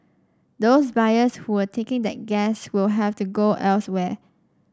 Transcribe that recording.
those buyers who were taking that gas will have to go elsewhere